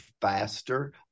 faster